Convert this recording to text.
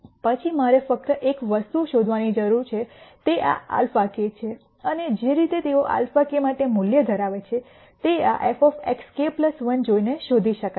પછી મારે ફક્ત એક વસ્તુ શોધવાની જરૂર છે તે આ αk છે અને જે રીતે તેઓ αk માટે મૂલ્ય ધરાવે છે તે આ fxk 1 જોઈને શોધી શકાય છે